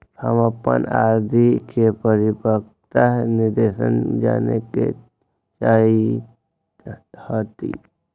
हम अपन आर.डी के परिपक्वता निर्देश जाने के चाहईत हती